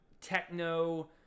techno